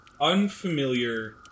unfamiliar